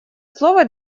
слово